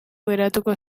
geratuko